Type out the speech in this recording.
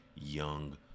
young